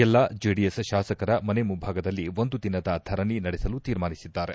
ಎಲ್ಲಾ ಜೆಡಿಎಸ್ ಶಾಸಕರ ಮನೆ ಮುಂಭಾಗದಲ್ಲಿ ಒಂದು ದಿನದ ಧರಣೆ ನಡೆಸಲು ತೀರ್ಮಾನಿಸಿದ್ದಾರೆ